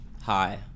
Hi